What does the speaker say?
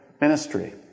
ministry